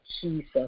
Jesus